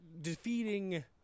defeating